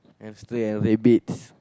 hamster and rabbits